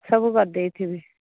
ସବୁ କରିଦେଇଥିବି